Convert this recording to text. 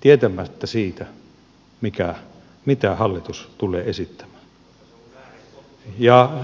tietämättä mitä hallitus tulee esittämään